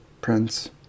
prince